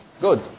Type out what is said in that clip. Good